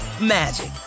magic